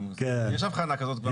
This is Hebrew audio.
מר איצקוביץ, זה המצב הקיים.